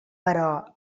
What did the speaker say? però